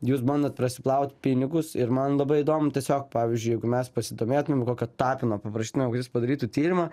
jūs bandot prasiplaut pinigus ir man labai įdomu tiesiog pavyzdžiui jeigu mes pasidomėtumėm kokio tapino paprašytumėm kad jis padarytų tyrimą